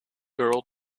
girl